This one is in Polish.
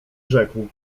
rzekł